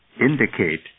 indicate